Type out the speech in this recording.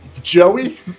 Joey